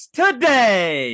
today